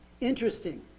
Interesting